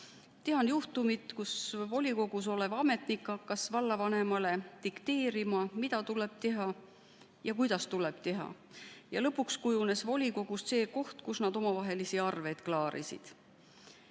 Tean juhtumit, kus volikogus olev ametnik hakkas vallavanemale dikteerima, mida tuleb teha ja kuidas tuleb teha, ja lõpuks kujunes volikogust see koht, kus nad omavahel arveid klaarisid.